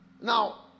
now